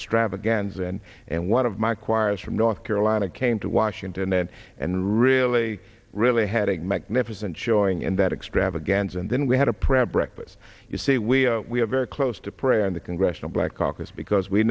extravaganza and and one of my choirs from north carolina came to washington then and really really had a magnificent showing in that extravaganza and then we had a prayer breakfast you see we we are very close to pray on the congressional black caucus because we